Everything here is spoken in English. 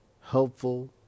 helpful